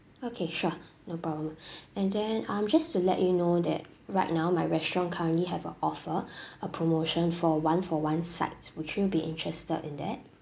okay sure no problem and then um just to let you know that right now my restaurant currently have a offer a promotion for one for one sides would you be interested in that